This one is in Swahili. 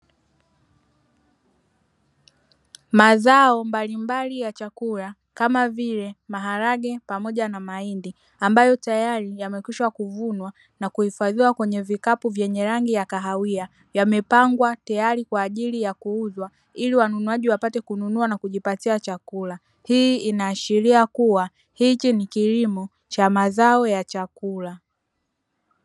Mazao mbalimbali ya chakula kama vile maharage pamoja na mahindi ambayo yamekwisha na kuhifadhiwa kwenye vikapu vyenye rangi ya kahawia, yamepangwa tayari kwa ajili ya kuuzwa ili wanunuaji wapate kununua na kujipatia chakula. Hii inaashiria kuwa hichi ni kilimo cha mazao ya chakula.